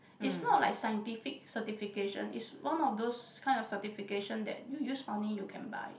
it's not like scientific certification it's one of those kind of certification that you use money you can buy